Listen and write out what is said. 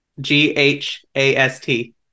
G-H-A-S-T